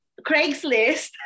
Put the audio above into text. craigslist